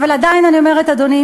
אבל עדיין אני אומרת: אדוני,